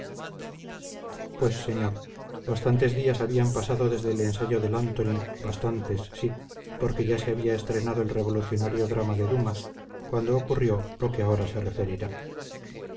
pues señor bastantes días habían pasado desde el ensayo del antony bastantes sí porque ya se había estrenado el revolucionario drama de dumas cuando ocurrió lo que ahora se referirá